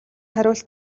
хариулт